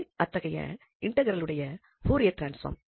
அது அத்தகைய இன்டெக்ரலுடைய பூரியர் டிரான்ஸ்பாம்